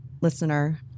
listener